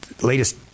latest